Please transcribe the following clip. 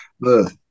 Look